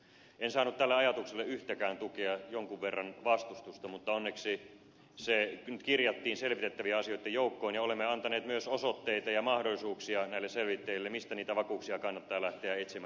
en saanut tälle ajatukselle yhtään tukea jonkin verran vastustusta mutta onneksi se nyt kirjattiin selvitettävien asioiden joukkoon ja olemme antaneet myös osoitteita ja mahdollisuuksia näille selvittäjille mistä niitä vakuuksia kannattaa lähteä etsimään